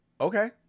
Okay